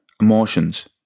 Emotions